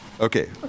okay